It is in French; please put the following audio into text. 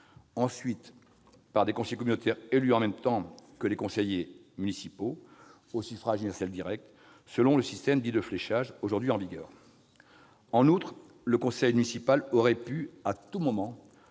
ensuite, par des conseillers communautaires élus en même temps que les conseillers municipaux au suffrage universel direct, selon le système de fléchage en vigueur aujourd'hui. En outre, le conseil municipal aurait pu, à tout moment,